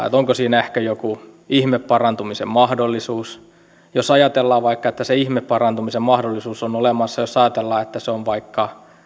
että onko siinä ehkä joku ihmeparantumisen mahdollisuus jos ajatellaan vaikka että se ihmeparantumisen mahdollisuus on olemassa jos ajatellaan että se on vaikka